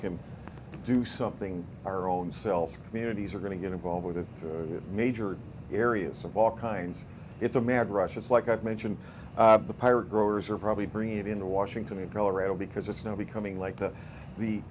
can do something our own self communities are going to get involved with a major areas of all kinds it's a mad rush it's like i've mentioned the pirate growers are probably bringing it into washington in colorado because it's now becoming like the the